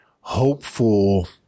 hopeful